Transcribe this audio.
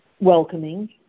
welcoming